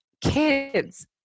kids